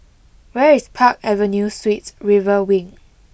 where is Park Avenue Suites River Wing